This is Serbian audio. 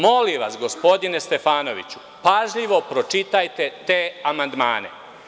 Molim vas, gospodine Stefanoviću, pažljivo pročitajte te amandmane.